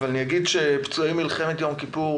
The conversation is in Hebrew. פצועי מלחמת יום כיפור